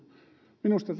minusta